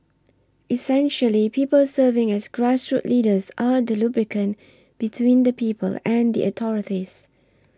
essentially people serving as grassroots leaders are the lubricant between the people and the authorities